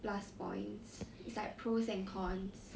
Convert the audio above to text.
plus points it's like pros and cons